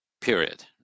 Period